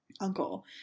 uncle